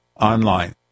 online